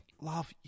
love